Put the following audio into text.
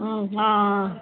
ம் ஆ ஆ